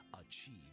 achieve